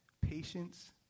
patience